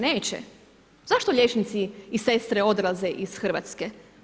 Neće. zašto liječnici i sestre odlaze iz Hrvatske?